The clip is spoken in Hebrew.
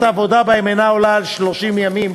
העבודה בהן אינה עולה על 30 ימים,